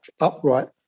upright